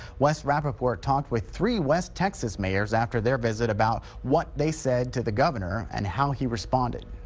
wes rapaport talked with three west texas mayors after their visit about what they said to the governor and how he responded